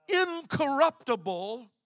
incorruptible